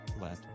Let